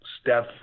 Steph